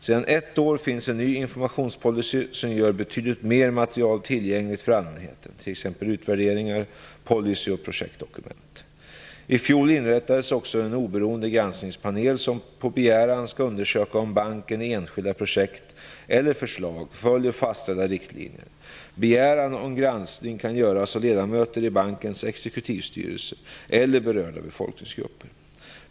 Sedan ett år finns en ny informationspolicy som gör betydligt mer material tillgängligt för allmänheten, t.ex. utvärderingar, policyoch projektdokument. I fjol inrättades också en oberoende granskningspanel, som på begäran skall undersöka om banken i enskilda projekt eller förslag följer fastställda riktlinjer. Begäran om granskning kan göras av ledamöter i bankens exekutivstyrelse eller berörda befolkningsgrupper.